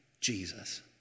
Jesus